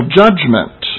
judgment